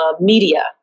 media